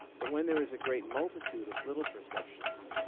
but when there is a great multitude of little perceptions,